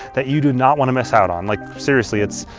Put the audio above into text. that you do not want to miss out on. like seriously, it's,